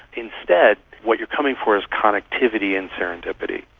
instead what you're coming for is connectivity and serendipity.